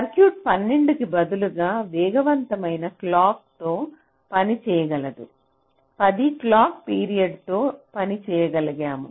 circuit 12 కి బదులుగా వేగవంతమైన క్లాక్ తో పనిచేయగలదు 10 క్లాక్ పీరియడ్ తో పని చేయగలిగాము